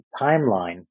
timeline